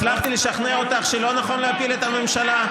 הצלחתי לשכנע אותך שלא נכון להפיל את הממשלה?